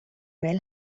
mail